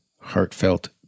heartfelt